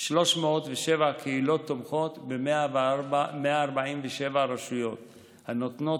307 קהילות תומכות ב-147 רשויות הנותנות